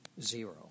zero